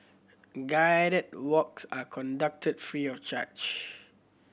guided walks are conducted free of charge